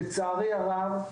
לצערי הרב,